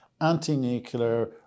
anti-nuclear